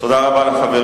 תודה רבה לחברים.